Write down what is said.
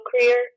career